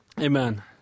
Amen